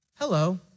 Hello